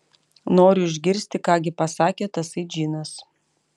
noriu išgirsti ką gi pasakė tasai džinas